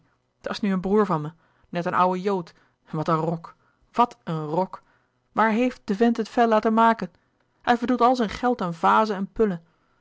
dat is nu een broêr van me net een oude jood en wat een rok wat een rok waar heeft de vent het vel laten maken hij verdoet al zijn geld aan vazen en pullen